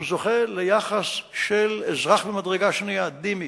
הוא זוכה ליחס של אזרח ממדרגה שנייה, ד'ימי.